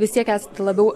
vistiek esate labiau